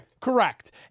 Correct